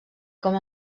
com